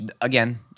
again